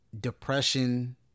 depression